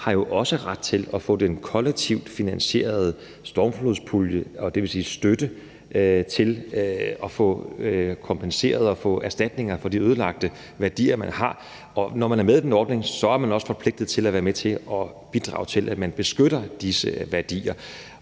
har jo også ret til at få den kollektivt finansierede stormflodspuljes støtte og få kompensation og erstatning for de er værdier, man har fået ødelagt. Og når man er med i den ordning, er man også forpligtet til at være med til at bidrage til, at man beskytter disse værdier.